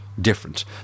different